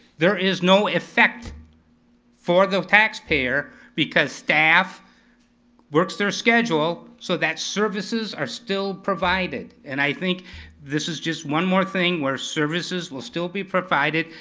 there is no effect for the taxpayer, because staff works their schedule, so that services are still provided. and i think this is just one more thing where services will still be provided.